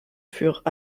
furent